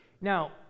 Now